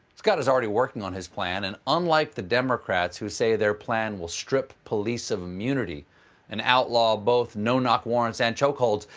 scott is already working on his plan, and unlike the democrats who say their plan will strip police of immunity and outlaw both no-knock warrants and choke holds,